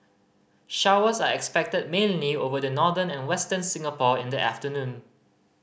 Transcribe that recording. showers are expected mainly over the northern and Western Singapore in the afternoon